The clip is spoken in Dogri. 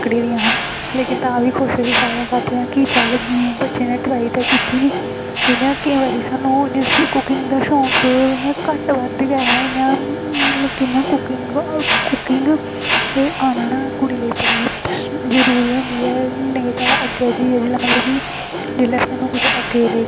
आकड़ी दियां हियां लेकिन तां बी सारें खाद्धियां कि चल बच्चे नै इक्क बारी ट्राई ते कीती नी ते केईं बारी कुकिंग दा शौक इंया घट्ट बद्ध गै लेकिन कुकिंग कुकिंग आना ना कुड़ी लेई जरूरी होंदी ऐ नेईं तां अग्गें जाइयै मतलब कि जेल्लै स्हानू अग्गें